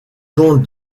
camp